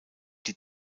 die